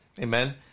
Amen